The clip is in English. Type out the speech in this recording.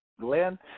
Glenn